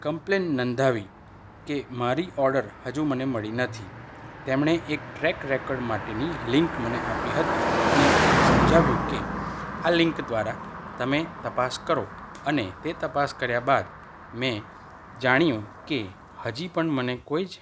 complain નોંધાવી કે મારી ઓર્ડર હજુ મને મળી નથી તેમણે એક ટ્રેક રેકર્ડ માટેની લીંક મને આપી હતી અને સમજાવ્યું કે આ લીંક દ્વારા તમે તપાસ કરો અને તે તપાસ કર્યા બાદ મેં જાણ્યું કે હજી પણ મને કોઈ જ